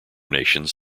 nations